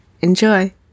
Enjoy